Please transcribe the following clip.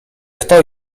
kto